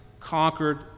conquered